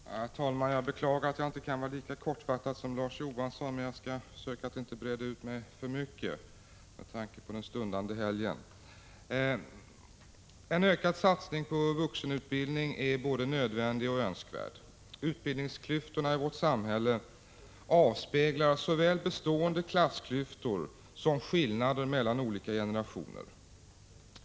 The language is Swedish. Herr talman! Jag beklagar att jag inte kan vara lika kortfattad som Larz Johansson. Jag skall försöka att inte breda ut mig för mycket med tanke på den stundande helgen. En ökad satsning på vuxenutbildning är både nödvändig och önskvärd. Utbildningsklyftorna i vårt samhälle avspeglar såväl bestående klassklyftor som skillnader mellan olika generationer.